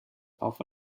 auf